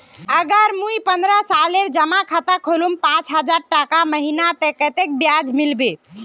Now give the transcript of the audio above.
अगर मुई पन्द्रोह सालेर जमा खाता खोलूम पाँच हजारटका महीना ते कतेक ब्याज मिलबे?